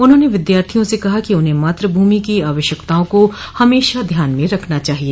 उन्होंने विद्यार्थियों से कहा कि उन्हें मातृभूमि की आवश्यकताओं को हमेशा ध्यान में रखना चाहिए